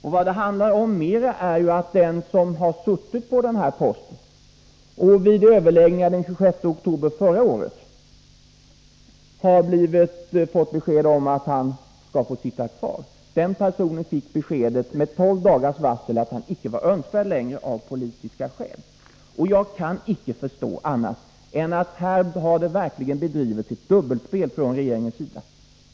Vad det handlar om mer är ju att den person som har suttit på denna post, och vid överläggningar den 26 oktober förra året hade fått besked om att han skulle få sitta kvar, fick beskedet — med tolv dagars varsel — att han icke var önskvärd längre av politiska skäl. Jag kan inte förstå annat än att det här verkligen har bedrivits ett dubbelspel från regeringens sida.